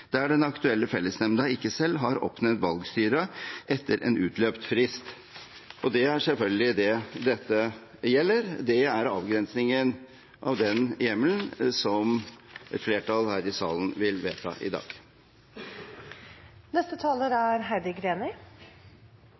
der den aktuelle fellesnemnda ikke selv har oppnevnt valgstyre etter en utløpt frist.» Det er selvfølgelig det dette gjelder. Det er avgrensningen av den hjemmelen som et flertall her i salen vil vedta i dag. Jeg er